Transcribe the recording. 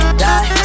die